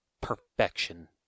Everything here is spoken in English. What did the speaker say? Perfection